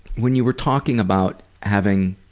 when you were talking about having